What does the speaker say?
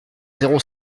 zéro